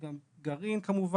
וגם גרעין כמובן,